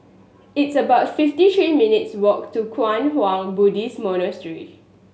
it's about fifty three minutes' walk to Kwang Hua Buddhist Monastery